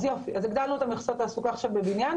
אז הגדלנו את המכסות לתעסוקה בבניין,